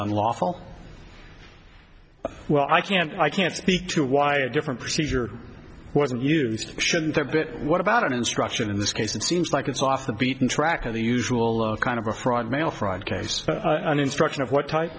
unlawful well i can't i can't speak to why a different procedure wasn't used shouldn't there but what about an instruction in this case it seems like it's off the beaten track of the usual kind of a fraud mail fraud case an instruction of what type